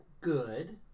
good